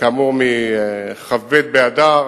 כאמור, כ"ב באדר